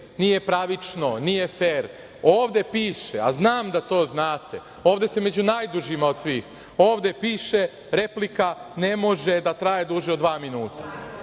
nije pravično, nije fer. Ovde piše, a znam da to znate, ovde sam među najdužima od svih, ovde piše – replika ne može da traje duže od dva minuta.